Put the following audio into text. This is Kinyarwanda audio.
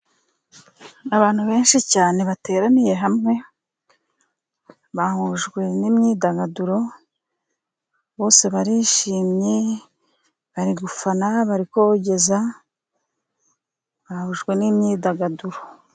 Abantu benshi cyane bateraniye hamwe bahujwe n'imyidagaduro, bose barishimye bari gufana barikogeza bahujwe n'imyidagaduro.